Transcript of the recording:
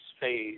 phase